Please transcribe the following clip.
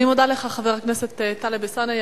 אני מודה לך, חבר הכנסת טלב אלסאנע.